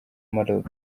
maroc